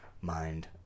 mind